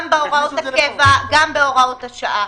גם בהוראות הקבע, גם בהוראות השעה.